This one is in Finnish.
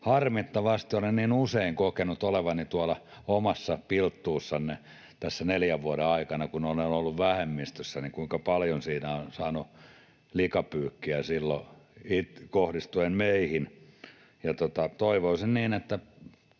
harmittavasti olen niin usein kokenut olevani tuolla omassa pilttuussani tässä neljän vuoden aikana, kun olen ollut vähemmistössä, ja sen, kuinka paljon siinä on saanut likapyykkiä kohdistuen meihin. Ja toivoisin niin, että